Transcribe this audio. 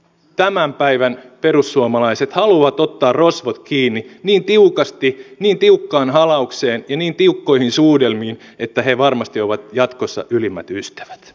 tämän päivän perussuomalaiset haluavat ottaa rosvot kiinni niin tiukasti niin tiukkaan halaukseen ja niin tiukkoihin suudelmiin että he varmasti ovat jatkossa ylimmät ystävät